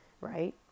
right